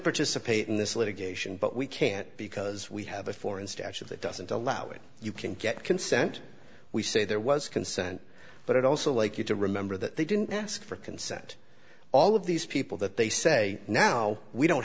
participate in this litigation but we can't because we have a foreign stash of that doesn't allow it you can get consent we say there was consent but it also like you to remember that they didn't ask for consent all of these people that they say now we don't